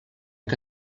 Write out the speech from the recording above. que